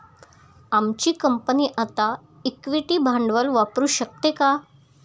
आमची कंपनी आता इक्विटी भांडवल वापरू शकते का?